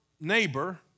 neighbor